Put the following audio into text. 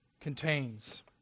contains